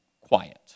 quiet